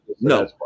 no